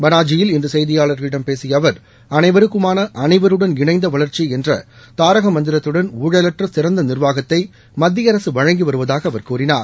பனாஜியில் இன்று செய்தியாளர்களிடம் பேசிய அவர் அனைவருக்குமான அனைவருடன் இணைந்த வளர்ச்சி என்ற தாரக மந்திரத்துடன் ஊழலற்ற சிறந்த நிர்வாகத்தை மத்திய அரசு வழங்கி வருவதாக அவர் கூறினார்